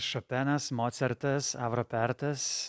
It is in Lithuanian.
šopenas mocartas avro pertas